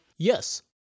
Yes